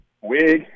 wig